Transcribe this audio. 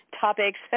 topics